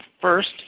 first